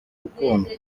gukundwa